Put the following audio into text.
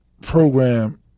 program